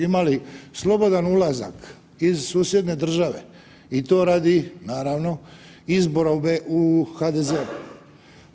Imali slobodan ulazak iz susjedne države i to radi, naravno izbora u HDZ-u.